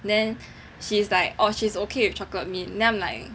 then she is like orh she is okay with chocolate mint then I am like